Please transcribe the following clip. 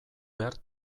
behar